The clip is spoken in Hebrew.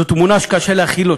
זו תמונה שקשה להכיל אותה,